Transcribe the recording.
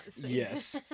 Yes